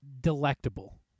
delectable